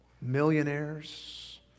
Millionaires